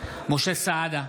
משה סעדה,